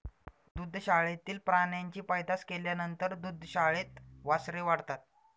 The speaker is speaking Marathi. दुग्धशाळेतील प्राण्यांची पैदास केल्यानंतर दुग्धशाळेत वासरे वाढतात